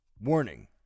Warning